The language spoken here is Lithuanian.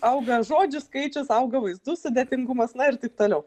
auga žodžių skaičius auga vaizdų sudėtingumas na ir taip toliau